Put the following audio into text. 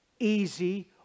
easy